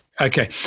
okay